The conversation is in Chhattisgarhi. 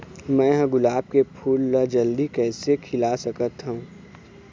मैं ह गुलाब के फूल ला जल्दी कइसे खिला सकथ हा?